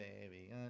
baby